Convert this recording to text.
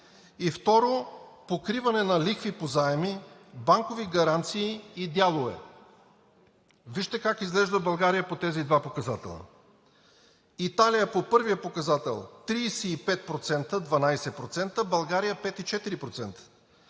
Второ, покриване на лихви по заеми, банкови гаранции и дялове. Вижте как изглежда България по тези два показателя: Италия по първия показател: 35% – 12%; България – 5,4%;